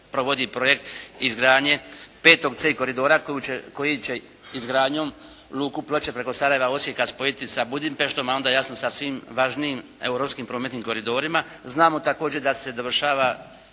provodi projekt izgradnje 5C koridora koji će izgradnjom Luku Ploče preko Sarajeva i Osijeka spojiti sa Budimpeštom a onda jasno sa svim važnijim europskim prometnim koridorima. Znamo također da se dovršava